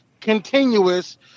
continuous